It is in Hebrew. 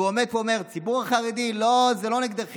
והוא עומד ואומר: הציבור החרדי, לא, זה לא נגדכם.